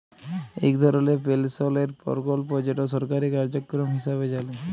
ইক ধরলের পেলশলের পরকল্প যেট সরকারি কার্যক্রম হিঁসাবে জালি